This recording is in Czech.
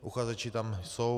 Uchazeči tam jsou.